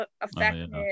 affected